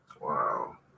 Wow